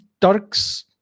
Turks